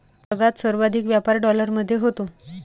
जगात सर्वाधिक व्यापार डॉलरमध्ये होतो